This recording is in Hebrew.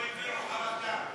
לא הביעו חרטה.